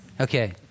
Okay